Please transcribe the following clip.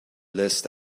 list